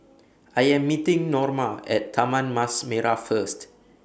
I Am meeting Norma At Taman Mas Merah First